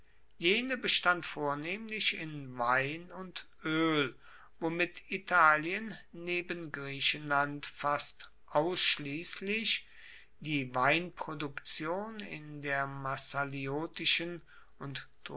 jene bestand vornehmlich in wein und öl womit italien neben griechenland fast ausschließlich die weinproduktion in der massaliotischen und